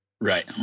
Right